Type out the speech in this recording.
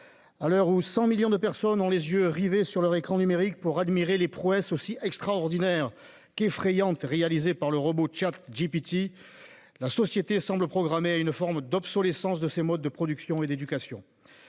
À l'heure où 100 millions de personnes ont les yeux rivés sur leur écran pour admirer les prouesses aussi extraordinaires qu'effrayantes du robot ChatGPT, la société semble programmée pour une forme d'obsolescence de ses modes de production et d'éducation.